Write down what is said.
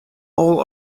all